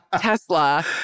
Tesla